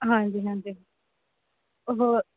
ਹਾਂਜੀ ਹਾਂਜੀ ਹੋਰ